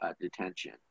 detention